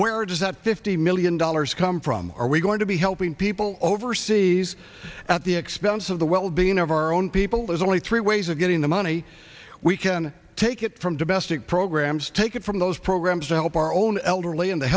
where does that fifty million dollars come from are we going to be helping people overseas at the expense of the well being of our own people is only three ways of getting the money we can take it from domestic programs take it from those programs to help our own elderly in the